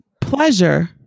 pleasure